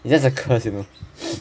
it's just a curse you know